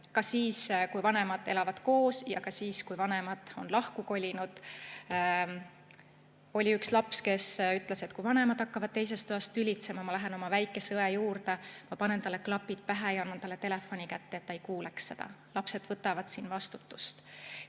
– siis, kui vanemad elavad koos, ja ka siis, kui vanemad on lahku kolinud. Oli üks laps, kes ütles: "Kui vanemad hakkavad teises toas tülitsema, siis ma lähen oma väikese õe juurde, ma panen talle klapid pähe ja annan talle telefoni kätte, et ta ei kuuleks seda." Lapsed võtavad siin vastutuse.